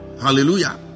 Hallelujah